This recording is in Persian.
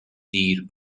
دیر